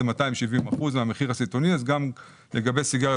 זה 270 אחוזים מהמחיר הסיטונאי ולכן לגבי סיגריה